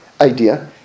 idea